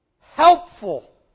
helpful